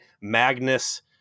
Magnus